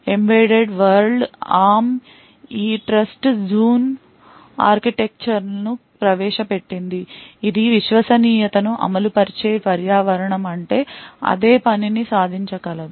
embedded world Arm ఈ trust zone architecture ను ప్రవేశపెట్టింది ఇది విశ్వసనీయతను అమలు పరిచే పర్యావరణం అంటే అదే పనిని సాధించగలదు